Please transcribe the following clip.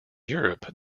europe